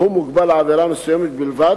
והוא מוגבל לעבירה מסוימת בלבד,